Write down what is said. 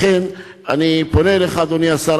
לכן, אני פונה אליך, אדוני השר.